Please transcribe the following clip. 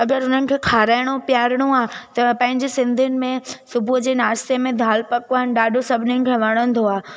अगरि उन्हनि खे खाराइणो पीआरिणो आहे त पंहिंजे सिंधियुनि में सुबुह जे नाश्ते में दालि पकवान ॾाढो सभिनीनि खे वणंदो आहे